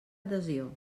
adhesió